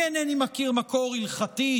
אני אינני מכיר מקור הלכתי,